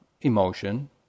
emotion